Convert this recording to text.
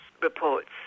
reports